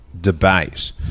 debate